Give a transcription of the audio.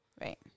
Right